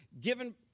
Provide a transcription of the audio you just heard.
given